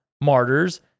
martyrs